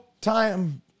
time